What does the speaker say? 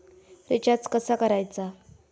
Recharge कसा करायचा?